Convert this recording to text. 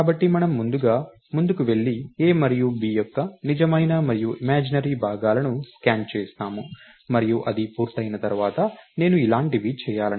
కాబట్టి మనము ముందుగా ముందుకు వెళ్లి a మరియు b యొక్క నిజమైన మరియు ఇమాజినరీ భాగాలను స్కాన్ చేస్తాము మరియు అది పూర్తయిన తర్వాత నేను ఇలాంటివి చేయాలనుకుంటున్నాను